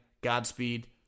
Godspeed